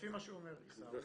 לפי מה שאומר עיסאווי,